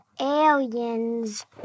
aliens